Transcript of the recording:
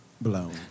blown